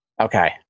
Okay